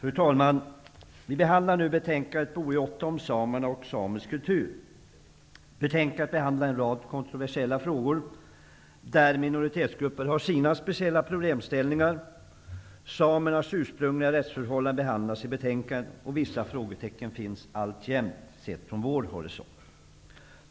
Fru talman! Vi behandlar nu betänkandet BoU8 Betänkandet behandlar en rad kontroversiella frågor, där minoritetsgrupper har sina speciella problemställningar. Samernas ursprungliga rättsförhållanden behandlas i betänkandet och vissa frågetecken finns alltjämt, sett från vår horisont.